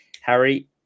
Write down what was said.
Harry